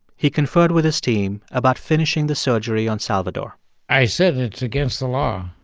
he conferred with his team about finishing the surgery on salvador i said, it's against the law,